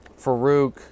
Farouk